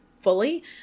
fully